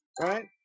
right